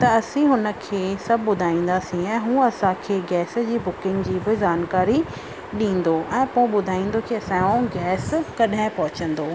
त असी हुन खे सभु ॿुधाईंदासीं ऐं उहे असांखे गैस जी बुकिंग जी बि जानकारी ॾींदो ऐं पर ॿुधाईंदो की असांजो गैस कॾहिं पहुचंदो